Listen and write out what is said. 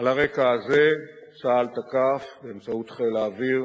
8 בדצמבר שנה זו, תקף כלי טיס של חיל האוויר